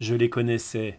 je les connaissais